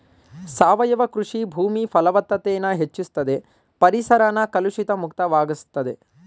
ಸಾವಯವ ಕೃಷಿ ಭೂಮಿ ಫಲವತ್ತತೆನ ಹೆಚ್ಚುಸ್ತದೆ ಪರಿಸರನ ಕಲುಷಿತ ಮುಕ್ತ ವಾಗಿಸ್ತದೆ